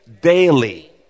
daily